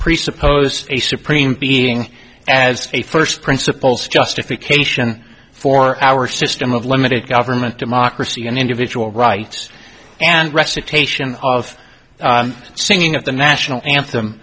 presuppose a supreme being as a first principles justification for our system of limited government democracy and individual rights and recitation of singing of the national anthem